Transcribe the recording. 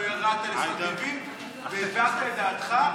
לא ירדת לשפת ביבים והבהרת את דעתך,